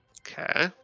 Okay